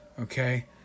okay